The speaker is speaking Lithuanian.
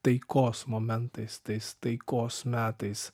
taikos momentais tais taikos metais